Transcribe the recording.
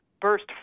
burst